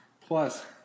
Plus